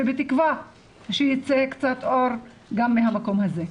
ובתקווה שיצא קצת אור גם מהמקום הזה.